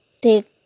take